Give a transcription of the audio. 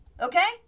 okay